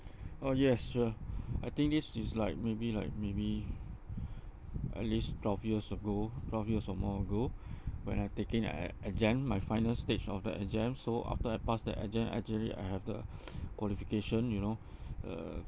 oh yes sure I think this is like maybe like maybe at least twelve years ago twelve years or more ago when I taking uh uh exam my final stage of the exam so after I pass the exam actually I have the qualification you know uh